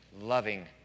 loving